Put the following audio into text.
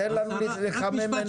תן לנו לחמם מנועים.